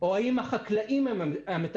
או האם החקלאים הם המתכננים.